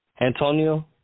Antonio